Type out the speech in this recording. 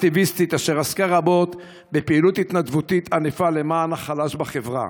אקטיביסטית אשר עסקה רבות בפעילות התנדבותית ענפה למען החלש בחברה.